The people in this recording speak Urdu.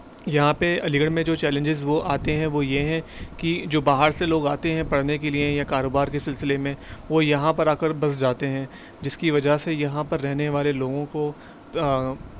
یہاں پہ علی گڑھ میں جو چیلنجز وہ آتے ہیں وہ یہ ہیں کہ جو باہر سے لوگ آتے ہیں پڑھنے کے لیے یا کاروبار کے سلسلے میں وہ یہاں پر آ کر بس جاتے ہیں جس کی وجہ سے یہاں پر رہنے والے لوگوں کو